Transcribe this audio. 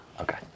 okay